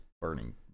burning